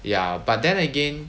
ya but then again